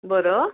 बरं